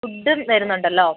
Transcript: ഫുഡ്ഡും വരുന്നുണ്ടല്ലോ